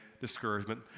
discouragement